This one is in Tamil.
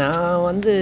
நான் வந்து